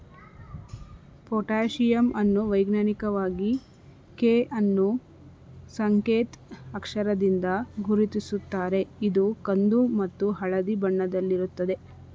potassium ಅನ್ನು ವೈಜ್ಞಾನಿಕವಾಗಿ K ಅನ್ನೂ ಸಂಕೇತ್ ಅಕ್ಷರದಿಂದ ಗುರುತಿಸುತ್ತಾರೆ ಇದು ಕಂದು ಮತ್ತು ಹಳದಿ ಬಣ್ಣದಲ್ಲಿರುತ್ತದೆ